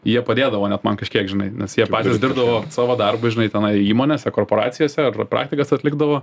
jie padėdavo net man kažkiek žinai nes jie patys dirbdavo savo darbą žinai tenai įmonėse korporacijose ar praktikas atlikdavo